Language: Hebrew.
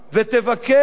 ותבקש